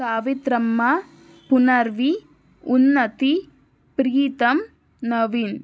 Savitramma Punarvi Unnati Pritam Naveen